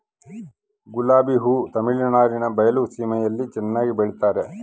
ಗುಲಾಬಿ ಹೂ ತಮಿಳುನಾಡಿನ ಬಯಲು ಸೀಮೆಯಲ್ಲಿ ಚೆನ್ನಾಗಿ ಬೆಳಿತಾರ